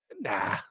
Nah